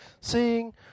Sing